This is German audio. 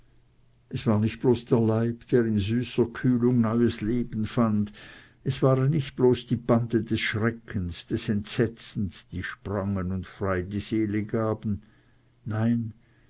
es war nicht bloß der leib der in süßer kühlung neues leben fand es waren nicht bloß die bande des schreckens des entsetzens die sprangen und frei die seele gaben nein